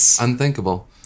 Unthinkable